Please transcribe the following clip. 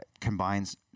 combines